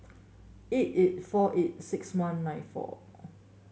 eight eight four eight six one nine four